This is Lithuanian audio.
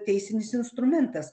teisinis instrumentas